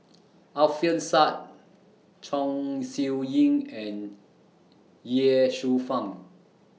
Alfian Sa'at Chong Siew Ying and Ye Shufang